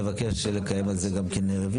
מבקש לקיים על זה גם כן רוויזיה.